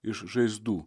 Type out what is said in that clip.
iš žaizdų